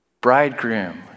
Bridegroom